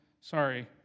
sorry